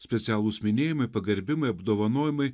specialūs minėjimai pagerbimai apdovanojimai